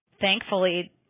thankfully